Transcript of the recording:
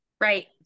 Right